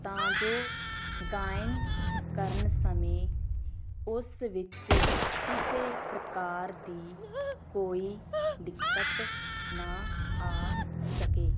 ਤਾਂ ਜੋ ਗਾਇਨ ਕਰਨ ਸਮੇਂ ਉਸ ਵਿੱਚ ਕਿਸੇ ਪ੍ਰਕਾਰ ਦੀ ਕੋਈ ਦਿੱਕਤ ਨਾ ਆ ਸਕੇ